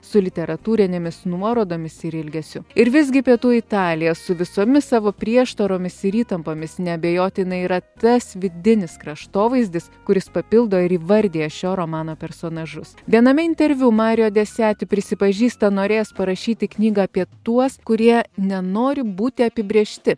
su literatūrinėmis nuorodomis ir ilgesiu ir visgi pietų italija su visomis savo prieštaromis ir įtampomis neabejotinai yra tas vidinis kraštovaizdis kuris papildo ir įvardija šio romano personažus viename interviu mario desijati prisipažįsta norėjęs parašyti knygą apie tuos kurie nenori būti apibrėžti